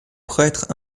prêtre